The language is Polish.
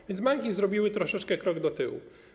A więc banki zrobiły troszeczkę krok do tyłu.